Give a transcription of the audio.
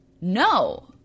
No